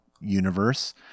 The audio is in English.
universe